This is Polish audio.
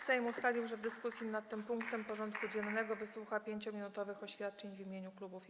Sejm ustalił, że w dyskusji nad tym punktem porządku dziennego wysłucha 5-minutowych oświadczeń w imieniu klubów i kół.